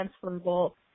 transferable